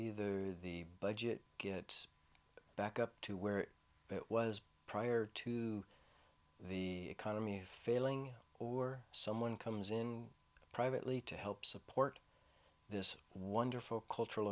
either the budget gets back up to where it was prior to the economy failing or someone comes in privately to help support this wonderful cultural